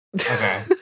Okay